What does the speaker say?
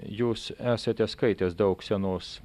jūs esate skaitęs daug senos